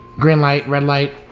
green light, red light.